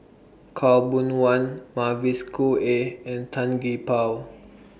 Khaw Boon Wan Mavis Khoo Oei and Tan Gee Paw